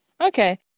Okay